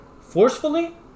forcefully